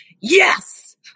Yes